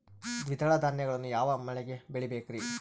ದ್ವಿದಳ ಧಾನ್ಯಗಳನ್ನು ಯಾವ ಮಳೆಗೆ ಬೆಳಿಬೇಕ್ರಿ?